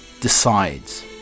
decides